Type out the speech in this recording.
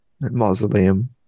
mausoleum